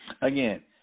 Again